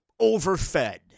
overfed